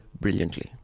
brilliantly